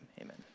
amen